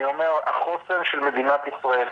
אני אומר, החוסן של מדינת ישראל,